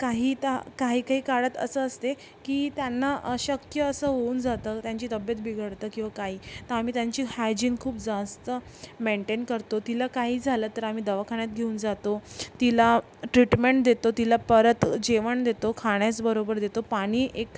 काही ता काही काही काळात असं असते की त्यांना अशक्य असं होऊन जातं त्यांची तब्येत बिघडतं किंवा काही तर आम्ही त्यांची हायजिन खूप जास्त मेंटेन करतो तिला काही झालं तर आम्ही दवाखान्यात घेऊन जातो तिला ट्रीटमेंट देतो तिला परत जेवण देतो खाण्याचं बरोबर देतो पाणी एक